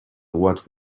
what